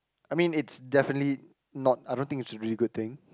I mean it's definitely not I don't think it's a really good thing